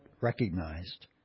recognized